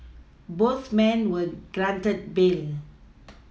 both men were granted bail